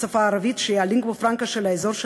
השפה הערבית, שהיא הלינגואה פרנקה של האזור,